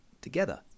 Together